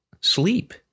sleep